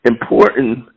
important